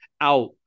out